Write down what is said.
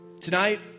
Tonight